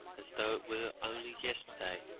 as though it were only yesterday,